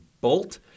Bolt